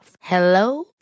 Hello